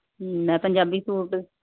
ਮੈਂ ਪੰਜਾਬੀ ਸੂਟ